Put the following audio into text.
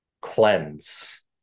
cleanse